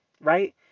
right